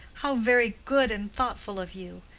how very good and thoughtful of you!